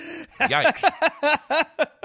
Yikes